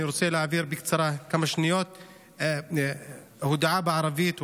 אני רוצה להעביר בקצרה כמה שניות הודעה בערבית,